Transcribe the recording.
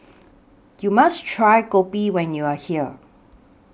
YOU must Try Kopi when YOU Are here